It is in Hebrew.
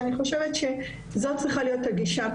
ואני חושבת שזו צריכה להיות הגישה.